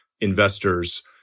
investors